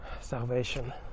salvation